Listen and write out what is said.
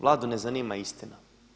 Vladu ne zanima istina.